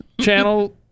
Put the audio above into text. channel